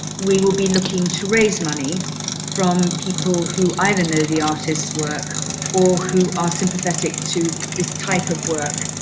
we will be looking to raise money from people who either know the artist's work or who are sympathetic to this type of work.